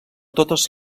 totes